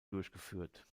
durchgeführt